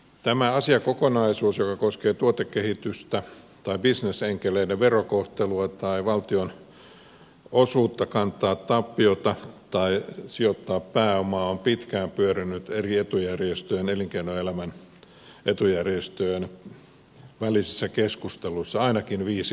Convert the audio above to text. tämä asiakokonaisuus joka koskee tuotekehitystä tai bisnesenkeleiden verokohtelua tai valtion osuutta kantaa tappiota tai sijoittaa pääomaa on pitkään pyörinyt eri etujärjestöjen elinkeinoelämän etujärjestöjen välisissä keskusteluissa ainakin viisi vuotta